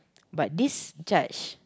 but this charge